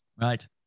Right